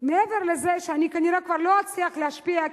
מעבר לזה שאני כנראה לא אצליח להשפיע,